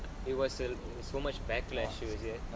it was err so much backlash